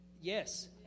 yes